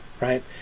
right